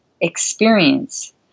experience